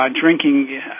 drinking